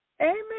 Amen